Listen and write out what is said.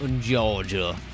Georgia